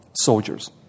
soldiers